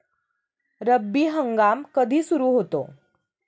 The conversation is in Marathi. रब्बी हंगाम कधी सुरू होतो?